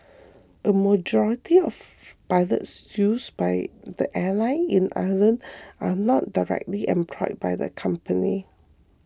a majority of by this used by the airline in Ireland are not directly employed by the company